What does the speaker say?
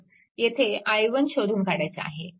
येथे i1 शोधून काढायचा आहे